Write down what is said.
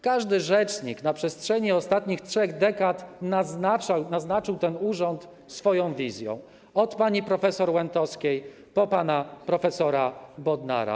Każdy rzecznik na przestrzeni ostatnich trzech dekad naznaczył ten urząd swoją wizją, od pani prof. Łętowskiej po pana prof. Bodnara.